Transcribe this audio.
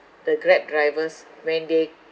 the grab drivers when they